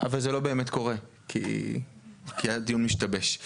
אבל זה לא באמת קורה כי הדיון משתבש.